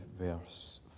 verse